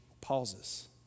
pauses